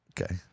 okay